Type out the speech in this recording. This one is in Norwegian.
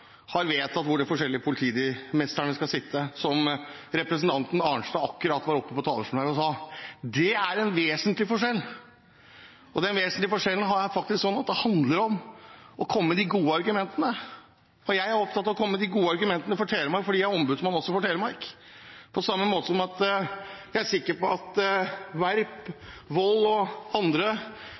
har vedtatt hvor de forskjellige politimesterne skal sitte, som representanten Arnstad akkurat var oppe på talerstolen her og sa. Det er en vesentlig forskjell, og den vesentlige forskjellen er faktisk sånn at det handler om å komme med de gode argumentene. Jeg er opptatt av å komme med de gode argumentene for Telemark fordi jeg også er ombudsmann for Telemark, på samme måte som jeg er sikker på at Werp, Wold og andre